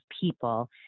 people